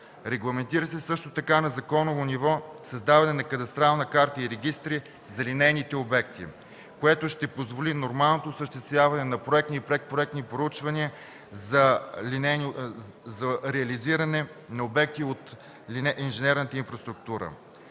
Регламентира се също така на законово ниво създаване на кадастрална карта и регистри за линейните обекти, което ще позволи нормалното осъществяване на проектни и предпроектни проучвания за реализиране на обекти от инженерната инфраструктура.